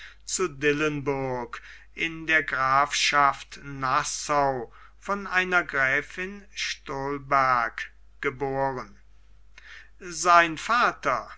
zu dillenburg in der grafschaft nassau von einer gräfin stollberg geboren sein vater